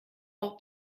auch